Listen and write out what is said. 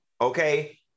okay